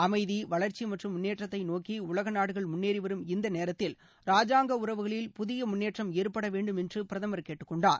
அமைதி வளர்ச்சி மற்றும் முன்னேற்றத்தை நோக்கி உலக நாடுகள் முன்னேறிவரும் இந்த நேரத்தில் ராஜாங்க உறவுகளில் புதிய முன்னேற்றம் ஏற்பட வேண்டும் என்று பிரதமர் கேட்டுக் கொண்டார்